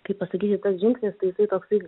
kaip pasakyti tas žingsnis tai jisai toksai